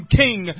king